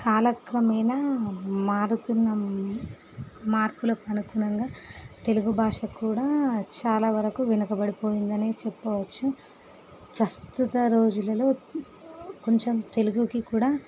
కాలక్రమేణ మారుతున్న మార్పులకు అనుగుణంగా తెలుగు భాష కూడా చాలావరకు వెనక పడిపోయింది అనే చెప్పుకోవచ్చు ప్రస్తుత రోజులలో కొంచెం తెలుగుకి కూడా